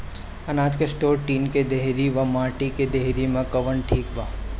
अनाज के store tin के डेहरी व माटी के डेहरी मे कवन ठीक बा?